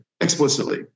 explicitly